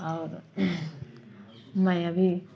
और मैं अभी